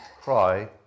Cry